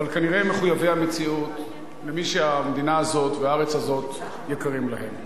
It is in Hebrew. אבל כנראה הם מחויבי המציאות למי שהמדינה הזאת והארץ הזאת יקרות להם.